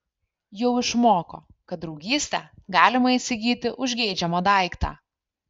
jau išmoko kad draugystę galima įsigyti už geidžiamą daiktą